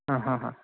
ਹਾਂ ਹਾਂ ਹਾਂ